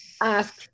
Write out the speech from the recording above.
ask